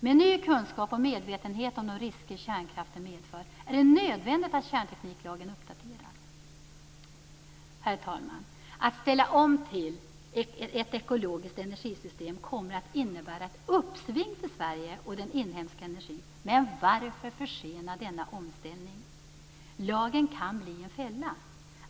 Med ny kunskap med medvetenhet om de risker kärnkraften medför är det nödvändigt att kärntekniklagen uppdateras. Herr talman! Att ställa om till ett ekologiskt energisystem kommer att innebära ett uppsving för Sverige och den inhemska energin. Men varför försena denna omställning? Lagen kan bli en fälla.